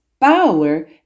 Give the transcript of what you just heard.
power